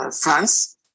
France